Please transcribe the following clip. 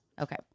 okay